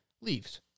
leaves